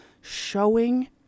showing